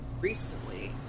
recently